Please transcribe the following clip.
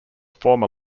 former